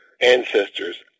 ancestors